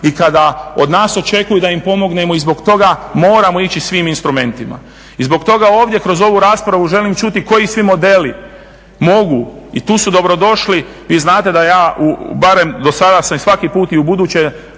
i kada od nas očekuju da im pomognemo. I zbog toga moramo ići svim instrumentima, i zbog toga ovdje kroz ovu raspravu želim čuti koji svi modeli mogu i tu su dobrodošli, vi znate da ja u, barem dosada sam i svaki put i ubuduće